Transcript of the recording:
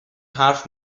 حرف